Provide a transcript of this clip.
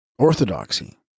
Orthodoxy